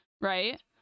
right